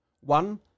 one